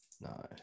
No